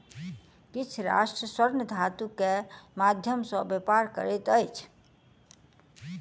किछ राष्ट्र स्वर्ण धातु के माध्यम सॅ व्यापार करैत अछि